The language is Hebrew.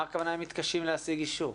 מה זאת אומרת מתקשים להשיג אישור?